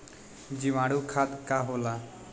जीवाणु खाद का होला?